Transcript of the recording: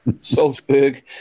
Salzburg